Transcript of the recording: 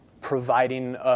providing